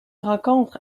rencontre